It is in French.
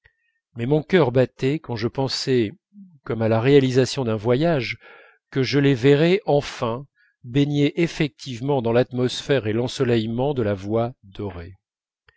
mais mon cœur battait quand je pensais comme à la réalisation d'un voyage que je les verrais enfin baigner effectivement dans l'atmosphère et l'ensoleillement de la voix dorée